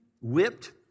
whipped